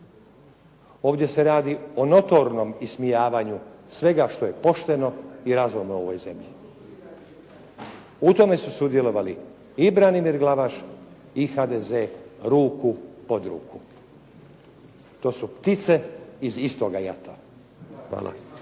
Ovdje se radi o notornom ismijavanju svega onog što je pošteno i razumno u ovoj zemlji. U tome su sudjelovali i Branimir Glavaš i HDZ ruku pod ruku. To su ptice iz istoga jata. Hvala.